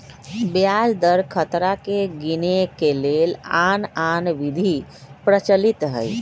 ब्याज दर खतरा के गिनेए के लेल आन आन विधि प्रचलित हइ